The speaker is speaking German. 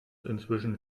inzwischen